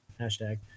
hashtag